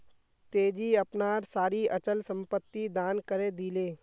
तेजी अपनार सारी अचल संपत्ति दान करे दिले